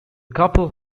couple